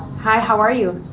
hi, how are you?